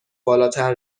بالاتر